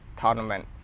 tournament